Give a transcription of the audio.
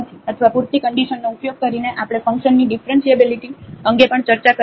અથવા પૂરતી કન્ડિશનનો ઉપયોગ કરીને આપણે ફંક્શનની ઙીફરન્શીએબીલીટી અંગે પણ ચર્ચા કરી શકીએ છીએ